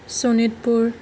Sonitpur